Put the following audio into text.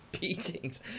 beatings